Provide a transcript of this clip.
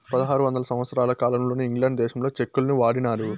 పదహారు వందల సంవత్సరాల కాలంలోనే ఇంగ్లాండ్ దేశంలో చెక్కులను వాడినారు